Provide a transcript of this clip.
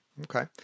Okay